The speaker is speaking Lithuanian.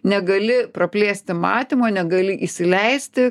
negali praplėsti matymo negali įsileisti